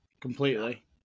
Completely